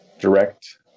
direct